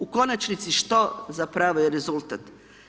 U konačnici što zapravo je rezultat.